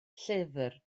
llyfr